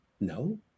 No